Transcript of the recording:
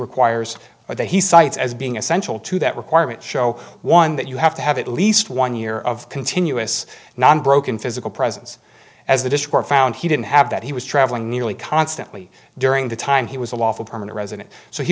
requires or that he cites as being essential to that requirement show one that you have to have at least one year of continuous non broken physical presence as a disk or found he didn't have that he was travelling nearly constantly during the time he was a lawful permanent resident so he